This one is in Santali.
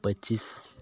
ᱯᱚᱸᱪᱤᱥ